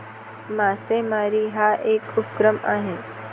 मासेमारी हा एक उपक्रम आहे